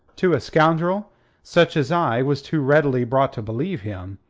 to a scoundrel such as i was too readily brought to believe him,